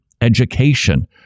education